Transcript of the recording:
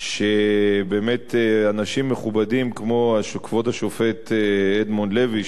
שבאמת אנשים מכובדים כמו כבוד השופט אדמונד לוי,